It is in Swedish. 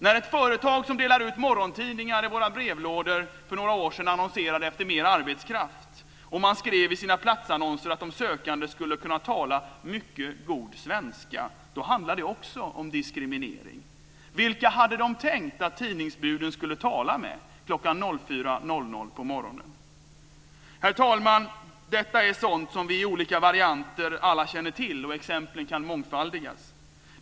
När ett företag som delar ut morgontidningar i våra brevlådor för några år sedan annonserade efter mer arbetskraft och man skrev i sina platsannonser att de sökande skulle kunna tala mycket god svenska handlade det också om diskriminering. Vilka hade man tänkt att tidningsbuden skulle tala med kl. 4.00 på morgonen? Herr talman! Detta är sådant som vi i olika varianter alla känner till. Exemplen kan mångfaldigas.